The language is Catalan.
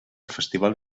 festival